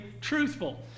truthful